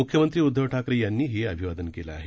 मुख्यमंत्री उद्दव ठाकरे यांनीही अभिवादन केलं आहे